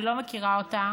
אני לא מכירה אותה